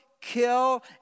kill